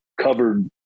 covered